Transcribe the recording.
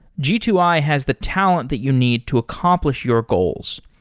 g two i has the talent that you need to accomplish your goals.